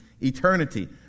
eternity